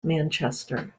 manchester